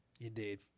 indeed